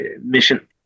mission